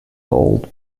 old